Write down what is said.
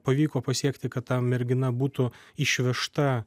pavyko pasiekti kad ta mergina būtų išvežta